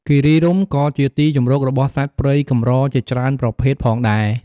គិរីរម្យក៏ជាទីជម្រករបស់សត្វព្រៃកម្រជាច្រើនប្រភេទផងដែរ។